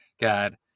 God